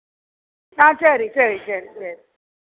ஆ சரி சரி சரி சரி